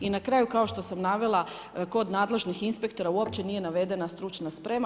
I na kraju kao što sam navela kod nadležnih inspektora uopće nije navedena stručna sprema.